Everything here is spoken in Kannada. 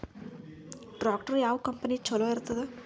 ಟ್ಟ್ರ್ಯಾಕ್ಟರ್ ಯಾವ ಕಂಪನಿದು ಚಲೋ ಇರತದ?